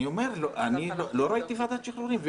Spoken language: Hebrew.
אני לא ראיתי ועדת שחרורים.